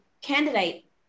candidate